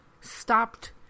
stopped